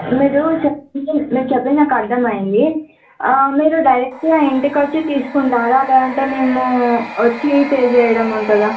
మీరు చెప్పింది మీరు చెప్పింది నాకు అర్థమైంది మీరు డైరెక్ట్గా ఇంటికి వచ్చి తీసుకుంటారా లేదంటే మేము వచ్చి పే చేయడం ఉంటుందా